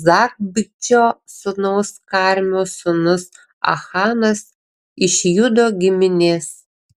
zabdžio sūnaus karmio sūnus achanas iš judo giminės